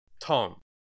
Tom